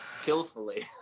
skillfully